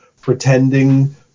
pretending